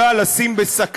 -דוד בגיל 28 ותסתיים